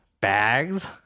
bags